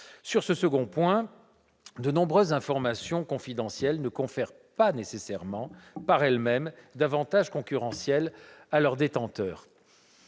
Sur ce second point, de nombreuses informations confidentielles ne confèrent pas nécessairement par elles-mêmes d'avantage concurrentiel à leur détenteur-